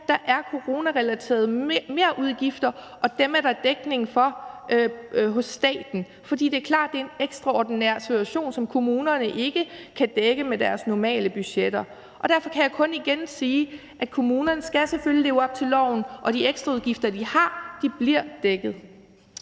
der er coronarelaterede merudgifter, og dem er der dækning for hos staten. For det er klart, at det er en ekstraordinær situation, som kommunerne ikke kan dække med deres normale budgetter, og derfor kan jeg kun igen sige, at kommunerne selvfølgelig skal leve op til loven og de ekstraudgifter, de har, bliver dækket.